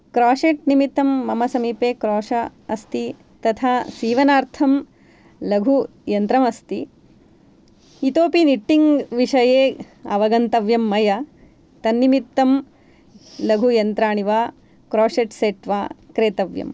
crochet निमित्तं मम समीपे अस्ति तथा सीवनार्थं लघु यन्त्रमस्ति इतोऽपि निट्टिङ्ग् विषये अवगन्तव्यं मया तदर्थं लघु यन्त्राणि वा क्रोषेट् सेट् वा क्रेतव्यम्